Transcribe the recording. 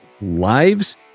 lives